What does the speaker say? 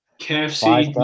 KFC